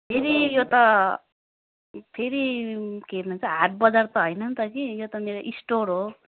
फेरि यो त फेरि के भन्छ हाट बजार त होइन नि त कि यो त मेरो स्टोर हो